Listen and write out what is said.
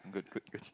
good good good